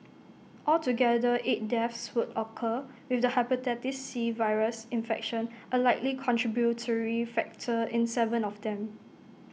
altogether eight deaths would occur with the Hepatitis C virus infection A likely contributory factor in Seven of them